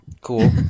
cool